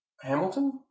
Hamilton